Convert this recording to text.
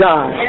God